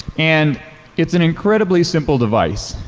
and it's an incredibly simple device.